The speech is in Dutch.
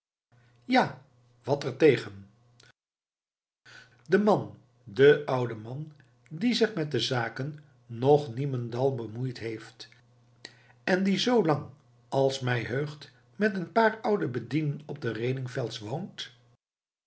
ja wat er tegen de man de oude man die zich met de zaken nog niemendal bemoeid heeft en die zoo lang als mij heugt met een paar oude bedienden op